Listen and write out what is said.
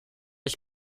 ich